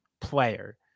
player